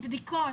בדיקות?